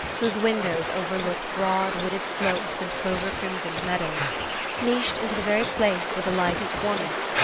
whose windows overlook broad, wooded slopes and clover-crimsoned meadows niched into the very place where the light is warmest,